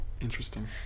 Interesting